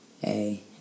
Hey